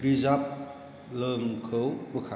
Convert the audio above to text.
reserve लौं खौ बोखार